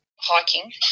hiking